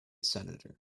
senator